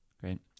great